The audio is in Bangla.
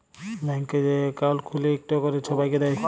ব্যাংকে যাঁয়ে একাউল্ট খ্যুইলে ইকট ক্যরে ছবাইকে দেয়